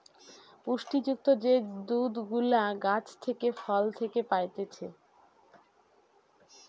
পুষ্টি যুক্ত যে দুধ গুলা গাছ থেকে, ফল থেকে পাইতেছে